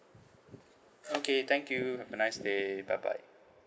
okay thank you have a nice day bye bye